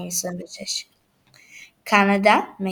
יחד עם שמונה הנבחרות